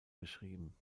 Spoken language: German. beschrieben